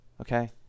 okay